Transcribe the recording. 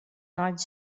not